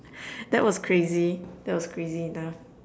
that was crazy that was crazy enough